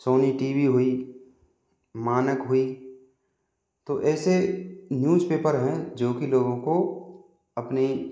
Soni T V हुई मानक हुई तो ऐसे न्यूज़पेपर हैं जो कि लोगों को अपनी